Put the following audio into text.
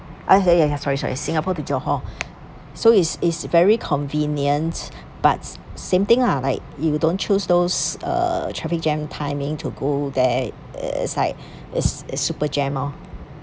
!aiya! ya ya sorry sorry singapore to johor so it is very convenient but same thing lah like you don't choose those uh traffic jam timing to go there it's like it's super jam orh